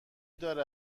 داره